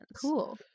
Cool